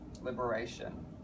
liberation